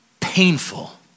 painful